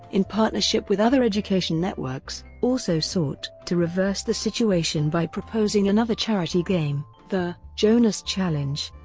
in partnership with other education networks, also sought to reverse the situation by proposing another charity game, the jonas challenge.